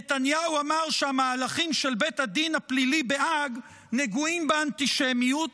נתניהו אמר שהמהלכים של בית הדין הפלילי בהאג נגועים באנטישמיות,